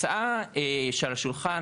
ההצעה שעל השולחן,